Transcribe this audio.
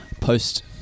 post